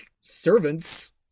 servants